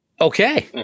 Okay